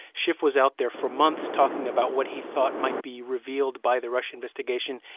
schiff was out there for months talking about what he thought might be revealed by the russia investigation.